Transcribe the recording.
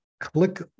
Click